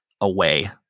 away